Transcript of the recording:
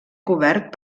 cobert